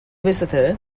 visitor